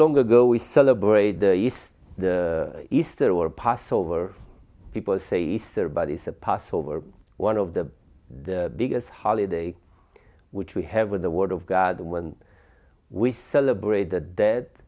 long ago we celebrate the easter or passover people say easter but is a passover one of the biggest holiday which we have with the word of god when we celebrate the dead